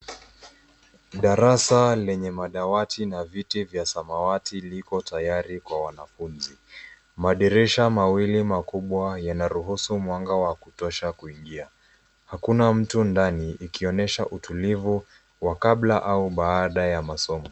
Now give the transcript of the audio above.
Darasa lenye madawati na viti vya samawati liko tayari kwa wanafunzi madirisha mawili makubwa yana ruhusu mwanga wa kutosha wa kuingia hakuna mtu ndani ikionyesha utulivu wa kabla au baada ya masomo.